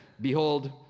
Behold